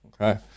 okay